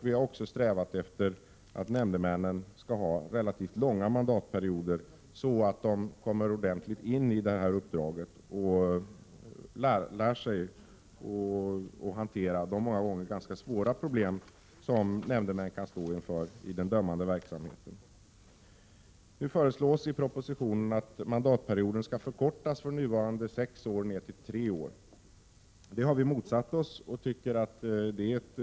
Vi har strävat efter att mandatperioderna skall vara relativt långa, så att nämndemännen får tid att ordentligt sätta sig in i uppdraget och lära sig att hantera de ganska svåra problem som det många gånger är fråga om i den dömande verksamheten. I propositionen föreslås att mandatperioden skall förkortas från nuvarande sex till tre år. Detta har vi moderater motsatt oss. Vi anser att det är fråga Prot.